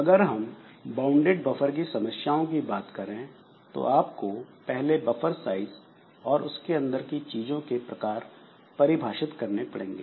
अगर हम bounded buffer की समस्याओं की बात करें तो आपको पहले बफर साइज और उसके अंदर की चीजों के प्रकार परिभाषित करने पड़ेंगे